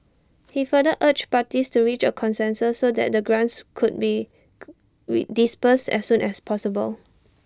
he further urged parties to reach A consensus so that the grants could be read disbursed as soon as possible